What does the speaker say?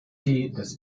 des